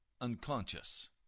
unconscious